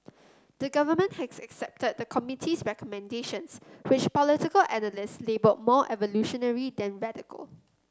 the Government has accepted the committee's recommendations which political analysts labelled more evolutionary than radical